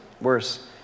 worse